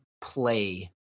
play